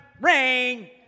rain